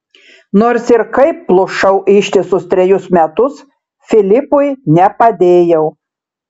nors ir kaip plušau ištisus trejus metus filipui nepadėjau